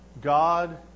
God